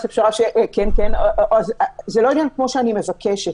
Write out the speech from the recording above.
זה לא עניין "כמו שאני מבקשת".